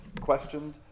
questioned